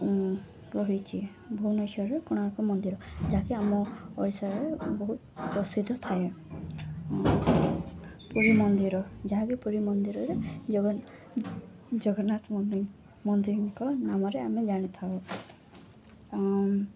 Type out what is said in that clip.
ରହିଛିି ଭୁବନେଶ୍ୱରରେ କୋଣାର୍କ ମନ୍ଦିର ଯାହାକି ଆମ ଓଡ଼ିଶାରେ ବହୁତ ପ୍ରସିଦ୍ଧ ଥାଏ ପୁରୀ ମନ୍ଦିର ଯାହାକି ପୁରୀ ମନ୍ଦିରରେ ଜଗନ୍ନାଥ ମନ୍ଦିରଙ୍କ ନାମରେ ଆମେ ଜାଣିଥାଉ ଆଉ